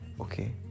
okay